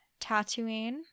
Tatooine